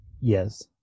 Yes